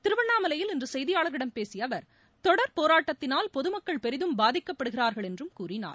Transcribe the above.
திருவண்ணாமலையில் இன்று செய்தியாளர்களிடம் பேசிய அவர் தொடர் போராட்டத்தினால் பொது மக்கள் பெரிதும் பாதிக்கப்படுகிறார்கள் என்றும் கூறினார்